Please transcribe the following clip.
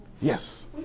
Yes